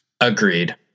Agreed